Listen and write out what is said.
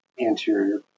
anterior